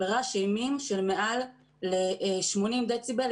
ברעש אימים של מעל 80 דציבל,